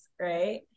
right